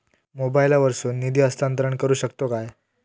मोबाईला वर्सून निधी हस्तांतरण करू शकतो काय?